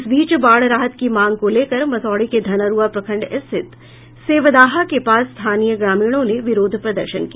इस बीच बाढ़ राहत की मांग को लेकर मसौढ़ी के धनरूआ प्रखंड स्थित सेवदाहा के पास स्थानीय ग्रामीणों ने विरोध प्रदर्शन किया